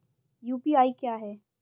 UPI क्या है?